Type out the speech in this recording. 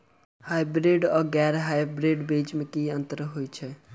Hybrids आ गैर hybrids बीज म की अंतर होइ अछि?